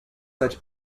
such